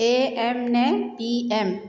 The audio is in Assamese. এ এম নে পি এম